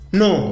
no